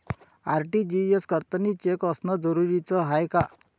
RTGS करतांनी cheque असनं जरुरीच हाय का?